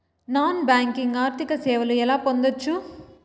Non banking ఆర్థిక సేవలు ఎలా పొందొచ్చు?